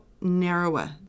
narrower